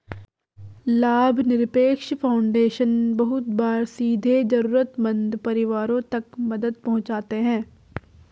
लाभनिरपेक्ष फाउन्डेशन बहुत बार सीधे जरूरतमन्द परिवारों तक मदद पहुंचाते हैं